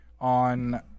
on